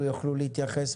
מתקיימים עכשיו